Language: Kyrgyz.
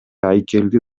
айкелди